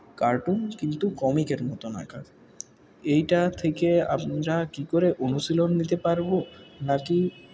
cartoon কিন্তু কমিকের মতন আঁকা এইটা থেকে আমরা কি করে অনুশীলন নিতে পারবো নাকি